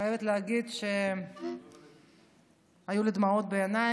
אני חייבת להגיד שהיו לי דמעות בעיניים,